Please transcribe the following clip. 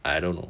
I don't know